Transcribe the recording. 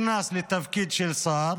בבקשה,